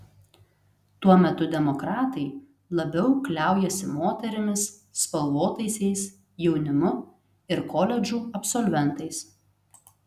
tuo metu demokratai labiau kliaujasi moterimis spalvotaisiais jaunimu ir koledžų absolventais